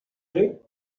vous